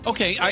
Okay